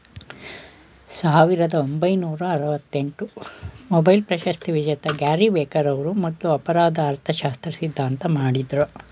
ಸಾವಿರದ ಒಂಬೈನೂರ ಆರವತ್ತಎಂಟು ಮೊಬೈಲ್ ಪ್ರಶಸ್ತಿವಿಜೇತ ಗ್ಯಾರಿ ಬೆಕರ್ ಅವ್ರು ಮೊದ್ಲು ಅಪರಾಧ ಅರ್ಥಶಾಸ್ತ್ರ ಸಿದ್ಧಾಂತ ಮಾಡಿದ್ರು